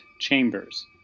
Chambers